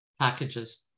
packages